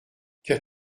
qu’as